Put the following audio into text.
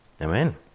Amen